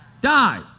die